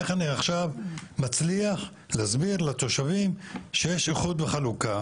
איך אני עכשיו מצליח להסביר לתושבים שיש איחוד וחלוקה